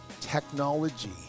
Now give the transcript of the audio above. technology